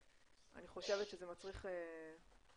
אני חושבת שזה מצריך מחשבה,